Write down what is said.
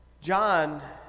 John